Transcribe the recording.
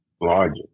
larger